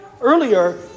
earlier